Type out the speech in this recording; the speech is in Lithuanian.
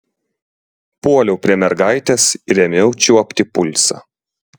puoliau prie mergaitės ir ėmiau čiuopti pulsą